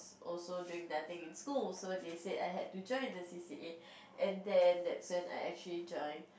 also doing nothing in school so they said I had to join the C_C_A and then that's when I actually join